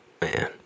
Man